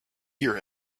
hear